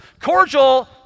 Cordial